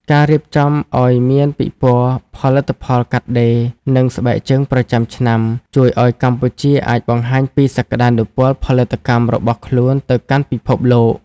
ការរៀបចំឱ្យមានពិព័រណ៍ផលិតផលកាត់ដេរ និងស្បែកជើងប្រចាំឆ្នាំ ជួយឱ្យកម្ពុជាអាចបង្ហាញពីសក្ដានុពលផលិតកម្មរបស់ខ្លួនទៅកាន់ពិភពលោក។